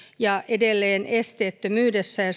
edelleen esteettömyydessä ja